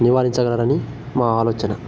నివారించగలరని మా ఆలోచన